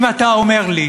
אם אתה אומר לי